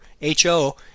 h-o